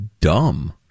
dumb